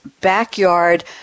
backyard